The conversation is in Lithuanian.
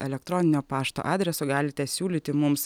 elektroninio pašto adresu galite siūlyti mums